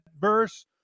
verse